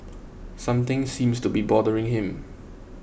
something seems to be bothering him